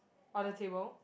on the table